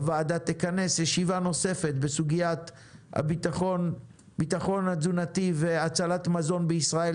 הוועדה תכנס ישיבה נוספת בסוגיית הביטחון התזונתי והצלת מזון בישראל,